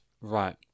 Right